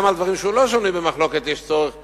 גם על דברים שהם לא שנויים במחלוקת צריך לתאם,